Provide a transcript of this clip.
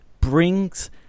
brings –